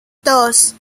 dos